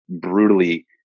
brutally